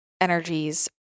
energies